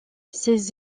ses